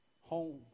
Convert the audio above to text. home